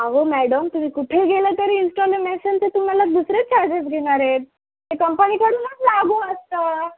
अहो मॅडम तुम्ही कुठे गेलं तरी इन्स्टॉलिमेन असेल ते तुम्हाला दुसरेच चार्जेस घेणार आहेत ते कंपनीकडूनच लागू असतं